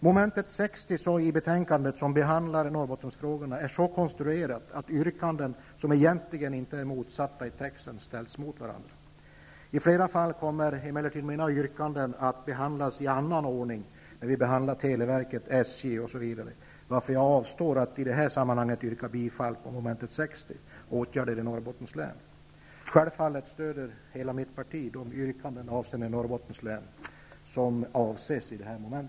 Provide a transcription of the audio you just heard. Norrbottensfrågorna behandlas, är så konstruerat att yrkanden som egentligen inte är motsatta i texten ställs mot varandra. I flera fall kommer emellertid mina yrkanden att behandlas i annan ordning, när vi behandlar televerket, SJ osv. Jag avstår därför från yrkande i detta sammanhang. Självfallet stöder hela mitt parti de yrkanden rörande Norrbottens län som avses i detta moment.